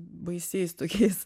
baisiais tokiais